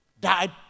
died